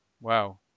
wow